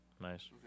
Nice